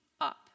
up